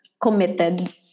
committed